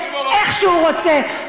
איך שהוא רוצה,